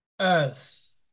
earth